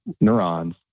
neurons